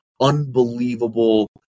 unbelievable –